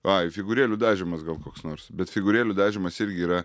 ai figūrėlių dažymas gal koks nors bet figūrėlių dažymas irgi yra